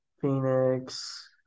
Phoenix